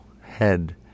head